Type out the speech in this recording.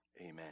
amen